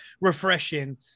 refreshing